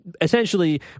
essentially